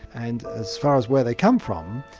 and as far as where they come from,